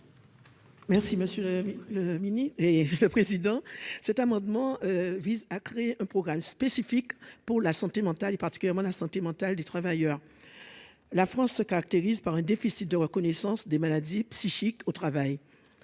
Merci monsieur mini et le président, cet amendement vise à créer un programme spécifique pour la santé mentale et particulièrement la santé mentale des travailleurs, la France se caractérise par un déficit de reconnaissance des maladies psychiques au travail